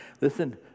Listen